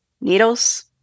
Needles